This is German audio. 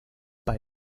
bei